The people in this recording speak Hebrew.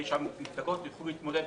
כדי שהמפלגות יוכלו להתמודד בבחירות.